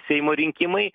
seimo rinkimai